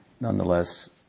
nonetheless